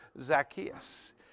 Zacchaeus